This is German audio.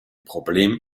problem